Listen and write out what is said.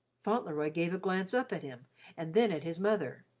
fauntleroy gave a glance up at him and then at his mother.